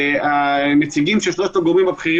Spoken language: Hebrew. שלום, מיקי.